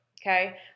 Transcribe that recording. Okay